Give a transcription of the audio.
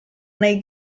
nei